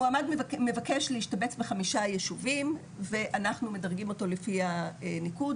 המועמד מבקש להשתבץ בחמישה ישובים ואנחנו מדרגים אותו לפי הניקוד,